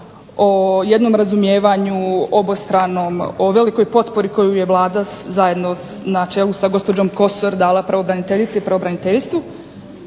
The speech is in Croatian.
o jednom razumijevanju obostranom, o velikoj potpori koju je Vlada na čelu s gospođom Kosor dala pravobraniteljici, pravobraniteljstvu.